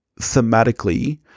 thematically-